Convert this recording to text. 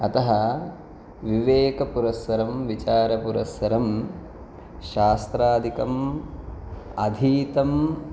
अतः विवेकपुरस्सरं विचारपुरस्सरं शास्त्रादिकम् अधीतम्